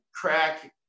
crack